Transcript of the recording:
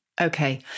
Okay